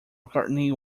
mccartney